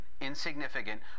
insignificant